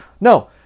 No